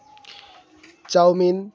chowmein